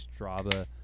Strava